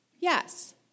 Yes